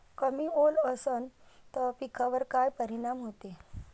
कमी ओल असनं त पिकावर काय परिनाम होते?